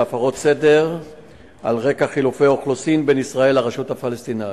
הפרות סדר על רקע חילופי אוכלוסין בין ישראל לרשות הפלסטינית.